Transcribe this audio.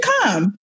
come